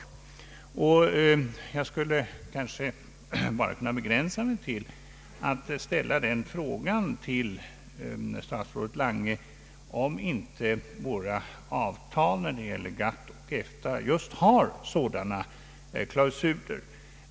Jag skulle kanske kunna begränsa mig till att ställa en fråga till statsrådet Lange, om inte våra avtal när det gäller GATT och EFTA just har sådana klausuler.